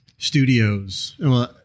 Studios